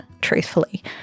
truthfully